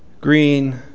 Green